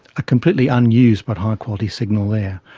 a completely unused but high quality signal there.